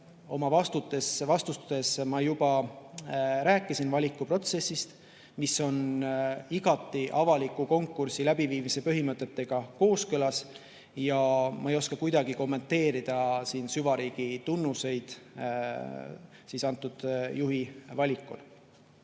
oma vastustes ma juba rääkisin valikuprotsessist, mis on igati avaliku konkursi läbiviimise põhimõtetega kooskõlas, ja ma ei oska kuidagi kommenteerida süvariigi tunnuseid antud juhi valikul.